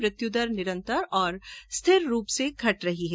मृत्यु दर निरंतर और स्थिर रूप से घट रही है